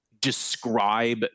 describe